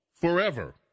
forever